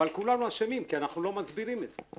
אבל כולנו אשמים, כי אנחנו לא מסבירים את זה.